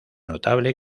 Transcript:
notable